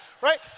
Right